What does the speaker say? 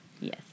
Yes